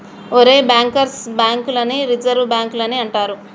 ఒరేయ్ bankers bank లని reserve బాంకులని అంటారు